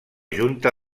junta